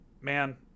man